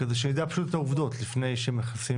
כדי שנדע פשוט את העובדות לפני שנכנסים